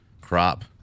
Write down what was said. crop